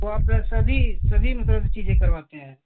तो आप सभी सभी मतलब चीज़ें करवाते हैं